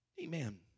Amen